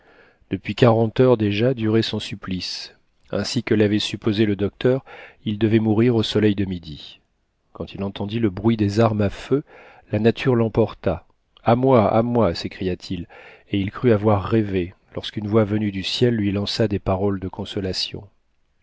depuis quarante heures déjà durait son supplice ainsi que l'avait supposé le docteur il devait mourir au soleil de midi quand il entendit le bruit des armes à feu la nature l'emporta a moi à moi s'écria-t-il et il crut avoir rêvé lorsqu'une voix venue du ciel lui lança des paroles de consolation